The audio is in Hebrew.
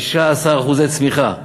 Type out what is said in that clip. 15% צמיחה.